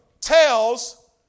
tells